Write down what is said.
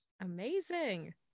Amazing